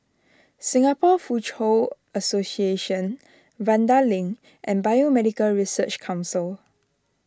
Singapore Foochow Association Vanda Link and Biomedical Research Council